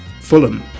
Fulham